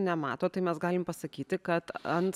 nemato tai mes galim pasakyti kad ant